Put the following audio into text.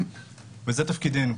וזה תפקידנו,